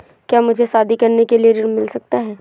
क्या मुझे शादी करने के लिए ऋण मिल सकता है?